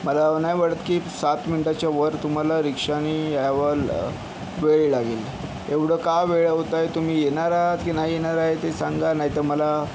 मला नाही वाटत की सात मिनिटाच्यावर तुम्हाला रिक्षानी यावं वेळ लागेल एवढं का वेळ लावत आहे तुम्ही येणार आहात की नाही येणार आहे ते सांगा नाहीतर मला